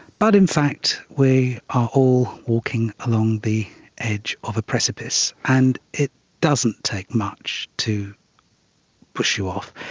but in fact we are all walking along the edge of a precipice, and it doesn't take much to push you off.